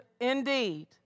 indeed